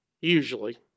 usually